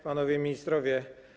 Panowie Ministrowie!